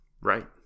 Right